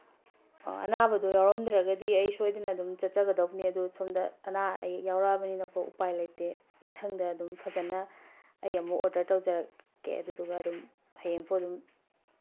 ꯑꯅꯥꯕꯗꯣ ꯌꯥꯎꯔꯝꯗ꯭ꯔꯒꯗꯤ ꯑꯩ ꯁꯣꯏꯗꯅ ꯑꯗꯨꯝ ꯆꯠꯆꯒꯗꯧꯕꯅꯦ ꯑꯗꯨ ꯁꯣꯝꯗ ꯑꯅꯥ ꯑꯌꯦꯛ ꯌꯥꯎꯔꯛꯑꯕꯅꯤꯅꯀꯣ ꯎꯄꯥꯏ ꯂꯩꯇꯦ ꯃꯊꯪꯗ ꯑꯗꯨꯝ ꯐꯖꯅ ꯑꯩ ꯑꯃꯨꯛ ꯑꯣꯔꯗꯔ ꯇꯧꯖꯔꯛꯀꯦ ꯑꯗꯨꯗꯨꯒ ꯑꯗꯨꯝ ꯍꯌꯦꯡꯐꯧ ꯑꯗꯨꯝ